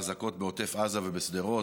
האזעקות בעוטף עזה ובשדרות.